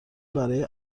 برای